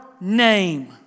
name